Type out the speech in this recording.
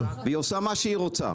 היא עושה מה שהיא רוצה.